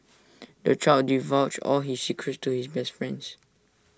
the child divulged all his secrets to his best friends